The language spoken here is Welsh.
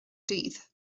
dydd